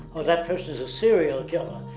or that person is a serial killer.